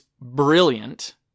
brilliant